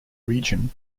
region